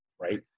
Right